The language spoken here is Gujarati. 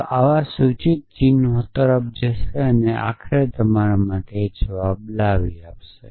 તે આવા સૂચિત ચિહ્નો તરફ જશે અને આખરે તમારા માટે જવાબ શોધશે